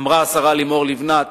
אמרה השרה לימור לבנת